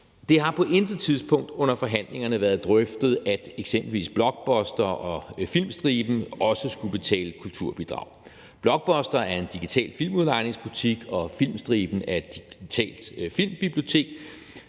Det har på intet tidspunkt under forhandlingerne være drøftet, at eksempelvis Blockbuster og Filmstriben også skulle betale kulturbidrag. Blockbuster er en digital filmudlejningsbutik, og Filmstriben er et digitalt filmbibliotek.